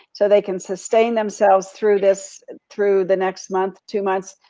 so they can sustain themselves, through this, through the next month, two months,